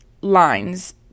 lines